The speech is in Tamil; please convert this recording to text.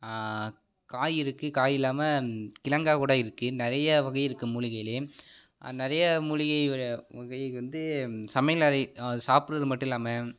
காய் இருக்கு காய் இல்லாமல் கிழங்கா கூட இருக்குது நிறைய வகை இருக்குது மூலிகையிலேயே நிறையா மூலிகை வரை வகை வந்து சமையலறை அது சாப்பிடுறது மட்டும் இல்லாமல்